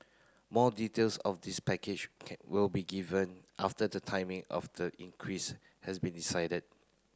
more details of this package can will be given after the timing of the increase has been decided